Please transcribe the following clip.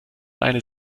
eine